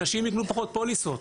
אנשים יקנו פחות פוליסות,